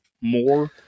more